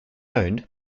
owned